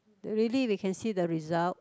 the really they can see the result